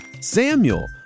Samuel